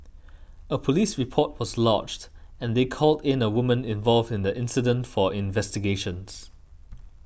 a police report was lodged and they called in a woman involved in the incident for investigations